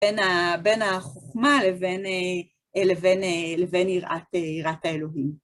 בין החוכמה לבין יראת האלוהים.